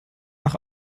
nach